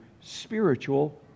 spiritual